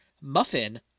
Muffin